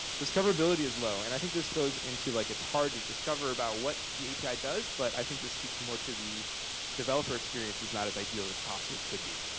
discoverability is low, and i think this goes into, like, it's hard to discover about what the api does, but i think this speaks more to the developer experience is not as ideal as it possibly could be.